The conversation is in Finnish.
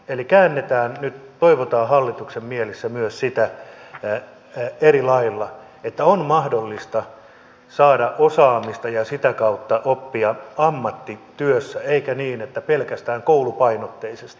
eli käännetään nyt toivotaan näin hallituksen mielessä myös sitä eri lailla että on mahdollista saada osaamista ja sitä kautta oppia ammatti työssä eikä niin että opitaan pelkästään koulupainotteisesti